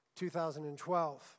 2012